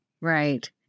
right